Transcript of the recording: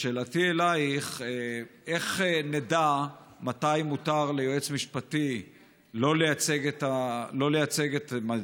שאלתי אליך: איך נדע מתי מותר ליועץ משפטי שלא לייצג את המדינה,